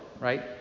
right